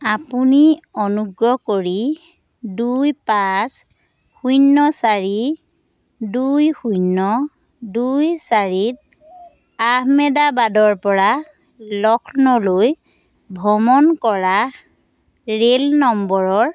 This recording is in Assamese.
আপুনি অনুগ্ৰহ কৰি দুই পাঁচ শূন্য চাৰি দুই শূন্য দুই চাৰিত আহমেদাবাদৰ পৰা লক্ষ্ণৌলৈ ভ্ৰমণ কৰা ৰে'ল নম্বৰৰ